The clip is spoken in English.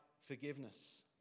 forgiveness